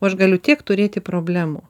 aš galiu tiek turėti problemų